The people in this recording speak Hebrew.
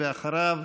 אחריו,